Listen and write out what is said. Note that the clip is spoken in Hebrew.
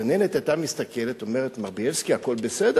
הגננת היתה מסתכלת ואומרת: מר בילסקי, הכול בסדר?